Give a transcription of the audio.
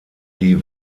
die